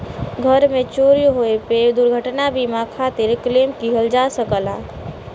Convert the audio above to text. घर में चोरी होये पे दुर्घटना बीमा खातिर क्लेम किहल जा सकला